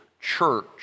church